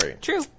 True